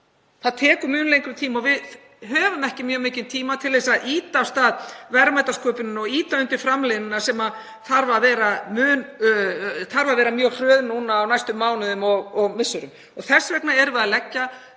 Það tekur mun lengri tíma og við höfum ekki mjög mikinn tíma til að ýta af stað verðmætasköpuninni og ýta undir framleiðnina, sem þarf að vera mjög hröð núna á næstu mánuðum og misserum. Þess vegna leggjum við til þessa